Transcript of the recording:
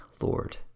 Lord